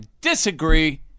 disagree